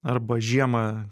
arba žiemą